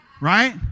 Right